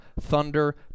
thunder